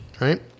right